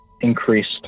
increased